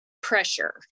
pressure